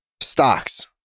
Stocks